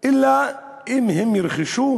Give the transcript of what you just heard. אלא אם הם ירכשו